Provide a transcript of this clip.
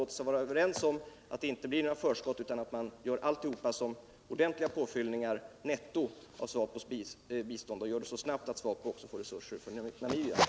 Låt oss således vara överens om att det inte blir några förskott som lämnas, utan att alltsammans skall ges som ordentliga nettopåfyllningar av SWAPO:s bistånd samt att detta görs så snabbt att SWAPO får resurser också för Namibia.